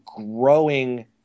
growing